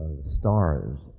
stars